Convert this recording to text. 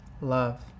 love